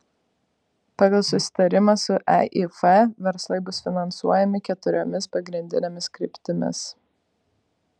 pagal susitarimą su eif verslai bus finansuojami keturiomis pagrindinėmis kryptimis